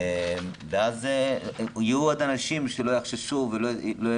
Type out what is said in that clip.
ואז יהיו עוד אנשים שלא יחששו ולא יהיה